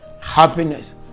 happiness